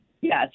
yes